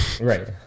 right